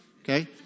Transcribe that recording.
okay